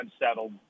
unsettled